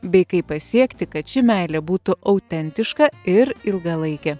bei kaip pasiekti kad ši meilė būtų autentiška ir ilgalaikė